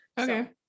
okay